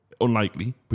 Unlikely